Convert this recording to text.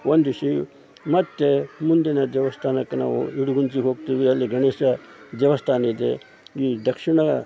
ವಂದಿಸಿ ಮತ್ತೆ ಮುಂದಿನ ದೇವಸ್ಥಾನಕ್ಕೆ ನಾವು ಇಡಗುಂಜಿಗ್ ಹೋಗ್ತೀವಿ ಅಲ್ಲಿ ಗಣೇಶ ದೇವಸ್ಥಾನ ಇದೆ ಈ ದಕ್ಷಿಣ